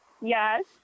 Yes